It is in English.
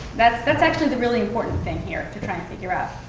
that's that's actually the really important thing here to try and figure out.